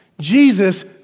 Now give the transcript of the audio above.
Jesus